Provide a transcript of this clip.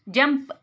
jump